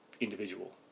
individual